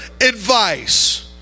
advice